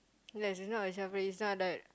ya it's not a child play it's not like